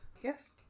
Yes